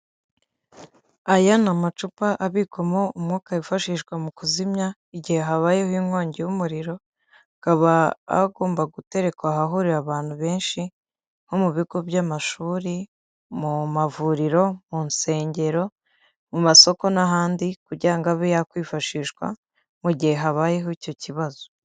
Aya ni amacupa abikwamo umwuka wifashishwa mu kuzimya igihe habayeho inkongi y'umuriro. Akaba agomba guterekwa ahahurira abantu benshi nko mu bigo by'amashuri ,mu mavuriro, mu nsengero ,mu masoko n'ahandi kugira ngo abe yakwifashishwa mu gihe habayeho icyo kibazo.